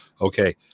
okay